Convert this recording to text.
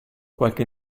qualche